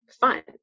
fun